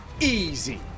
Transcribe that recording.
easy